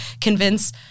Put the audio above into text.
convince